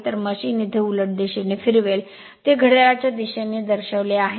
तर मशीन येथे उलट दिशेने फिरवेल ते घड्याळाच्या दिशेने दर्शविले आहे